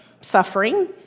suffering